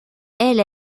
elle